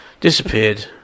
Disappeared